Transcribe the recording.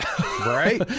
Right